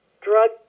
drug